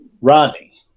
Rodney